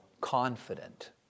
confident